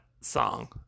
song